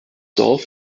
dorf